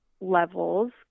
levels